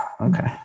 Okay